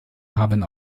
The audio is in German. haben